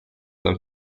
them